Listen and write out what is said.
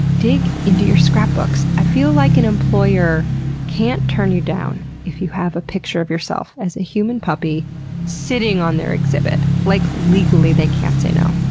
dig into your scrapbooks. i feel like an employer can't turn you down if you have a picture of yourself as a human puppy sitting on their exhibit. like, legally they can't say no!